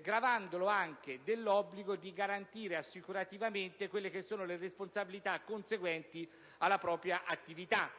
gravandolo anche dell'obbligo di garantire assicurativamente le responsabilità conseguenti alla propria attività.